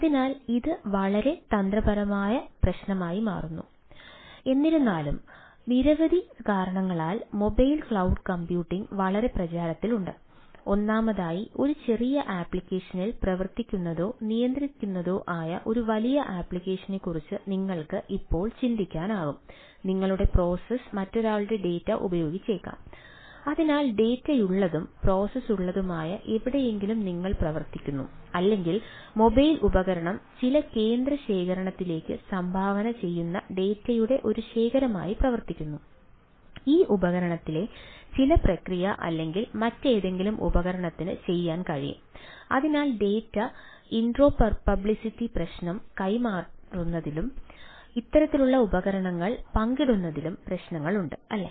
അതിനാൽ ഇത് വളരെ തന്ത്രപ്രധാനമായ പ്രശ്നമായി മാറുന്നു എന്നിരുന്നാലും നിരവധി കാരണങ്ങളാൽ മൊബൈൽ ഇന്ററോപ്പറബിളിറ്റി പ്രശ്നം കൈമാറുന്നതിലും ഇത്തരത്തിലുള്ള ഉപകരണങ്ങൾ പങ്കിടുന്നതിലും പ്രശ്നങ്ങളുണ്ട് അല്ലേ